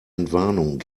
entwarnung